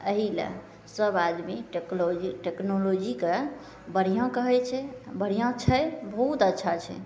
एहिले सभ आदमी टेक्नोलॉजी टेक्नोलॉजीके बढ़िआँ कहै छै बढ़िआँ छै बहुत अच्छा छै